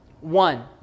One